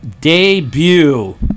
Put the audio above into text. debut